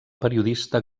periodista